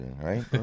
right